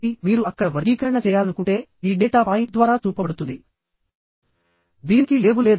కాబట్టి ఇక్కడ మనం నెట్ ఏరియా ని ఎలా కనుక్కోవాలో తెలుసుకోవాలి మరియు అవి ఏ విధంగా ఫెయిల్యూర్ అవుతుందో కూడా తెలుసుకోవాలి